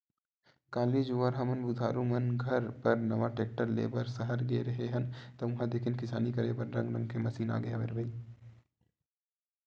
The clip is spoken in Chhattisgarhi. काली जुवर हमन बुधारु मन घर बर नवा टेक्टर ले बर सहर गे रेहे हन ता उहां देखेन किसानी करे बर रंग रंग के मसीन आगे हवय रे भई